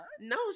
No